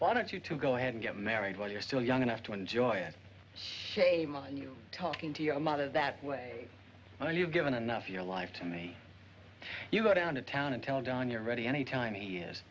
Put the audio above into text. why don't you to go ahead and get married while you're still young enough to enjoy it shame on you talking to your mother that way when you've given enough your life to me you go down to town and tell don you're ready any time he